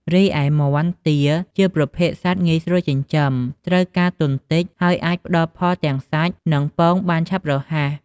រីឯមាន់ ទា ជាប្រភេទសត្វងាយស្រួលចិញ្ចឹម ត្រូវការទុនតិច ហើយអាចផ្តល់ផលទាំងសាច់ និងពងបានឆាប់រហ័ស។